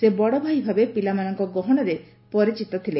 ସେ ବଡ଼ଭାଇ ଭାବେ ପିଲାମାନଙ୍କ ଗହଣରେ ପରିଚିତ ଥିଲେ